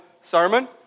sermon